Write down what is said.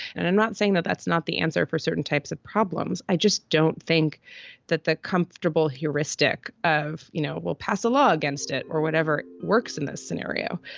and i'm not saying that that's not the answer for certain types of problems. i just don't think that the comfortable heuristic of, you know, we'll pass a law against it or whatever works in this scenario.